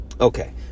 Okay